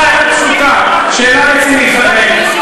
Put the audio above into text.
השר פרי,